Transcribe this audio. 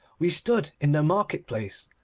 we stood in the market-place,